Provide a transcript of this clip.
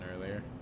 earlier